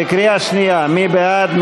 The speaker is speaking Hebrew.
בקריאה שנייה, מי בעד?